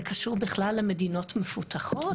זה קשור בכלל למדינות מפותחות?